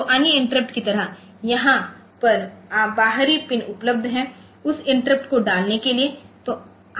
तो अन्य इंटरप्ट की तरहयहां पर बाहरी पिन उपलब्ध है उस इंटरप्ट को डालने के लिए